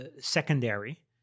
secondary